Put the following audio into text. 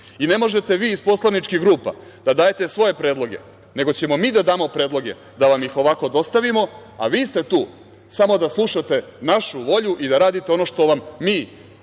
I ne možete vi iz poslaničkih grupa da dajete svoje predloge, nego ćemo mi da damo predloge, da vam ih ovako dostavimo, a vi ste tu samo da slušate našu volju i da radite ono što vam mi